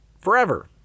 forever